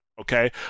okay